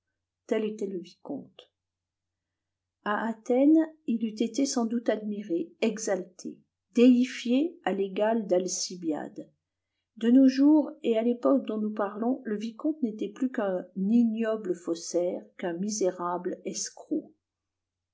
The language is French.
tel était le vicomte à athènes il eût été sans doute admiré exalté déifié à l'égal d'alcibiade de nos jours et à l'époque dont nous parlons le vicomte n'était plus qu'un ignoble faussaire qu'un misérable